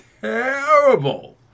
terrible